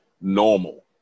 normal